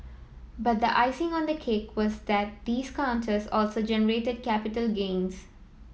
but the icing on the cake was that these counters also generated capital gains